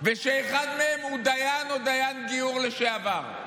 ושאחד מהם הוא דיין או דיין גיור לשעבר.